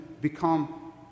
become